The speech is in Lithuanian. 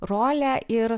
rolę ir